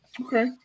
Okay